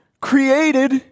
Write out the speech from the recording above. Created